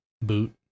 boot